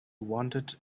wanted